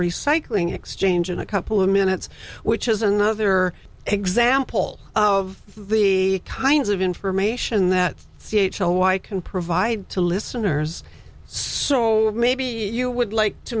recycling exchange in a couple of minutes which is another example of the kinds of information that c h r y can provide to listeners so maybe you would like to